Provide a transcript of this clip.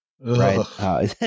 Right